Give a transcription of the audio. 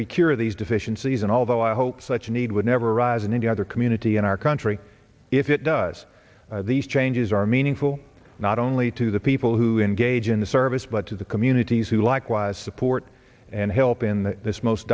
we cure these deficiencies and although i hope such a need would never arise in any other community in our country if it does these changes are meaningful not only to the people who engage in the service but to the communities who likewise support and help in this most